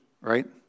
Right